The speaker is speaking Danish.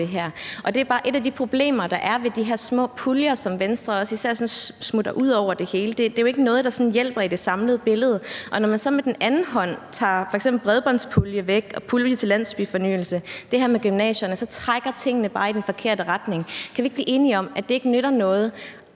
Det er bare et af de problemer, der er ved de her små puljer, som også især Venstre sådan drysser ud over det hele. Det er jo ikke noget, der hjælper i det samlede billede. Og når man så med den anden hånd tager f.eks. bredbåndspuljen væk og puljen til landsbyfornyelse og gør det her med gymnasierne, så trækker tingene bare i den forkerte retning. Kan vi ikke blive enige om, at det ikke nytter noget